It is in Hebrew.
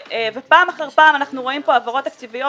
ופעם אחר פעם אנחנו רואים פה העברות תקציביות